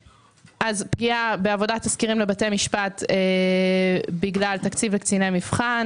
פגיעה בעבודת תסקירים לבתי המשפט בגלל תקציב לקציני המבחן